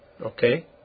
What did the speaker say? okay